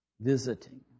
visiting